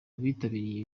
abitabiriye